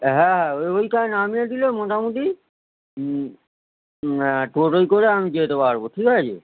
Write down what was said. হ্যাঁ ওই ওইখানে নামিয়ে দিলে মোটামুটি টোটোয় করে আমি যেতে পারবো ঠিক আছে